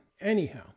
Anyhow